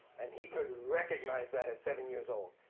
and he could recognize that at seven years old.